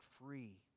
free